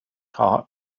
heart